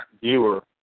viewer